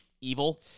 evil